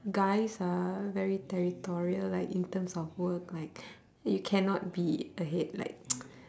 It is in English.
guys are very territorial like in terms of work like you cannot be ahead like